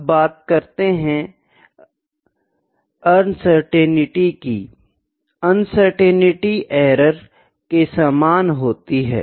अब बात करते है अनिश्चितताअनसर्टेनिटी की अनसर्टेनिटी एरर के सामान होती है